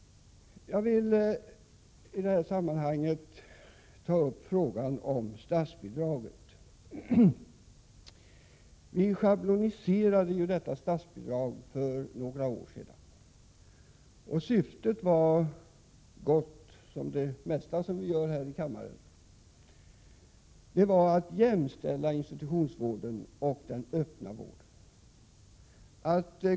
Jag vill i detta sammanhang ta upp frågan om statsbidraget. Detta statsbidrag schabloniserades för några år sedan. Syftet var gott, som det mesta som vi fattar beslut om här i kammaren, nämligen att jämställa institutionsvården och den öppna vården.